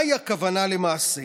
מהי הכוונה, למעשה?